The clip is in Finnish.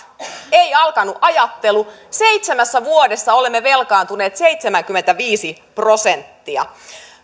ei alkanut ajattelu seitsemässä vuodessa olemme velkaantuneet seitsemänkymmentäviisi prosenttia